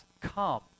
come